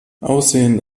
aussehen